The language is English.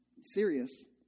serious